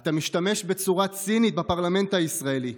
אתה משתמש בצורה צינית בפרלמנט הישראלי,